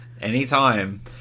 anytime